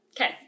Okay